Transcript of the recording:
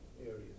areas